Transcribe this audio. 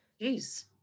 Jeez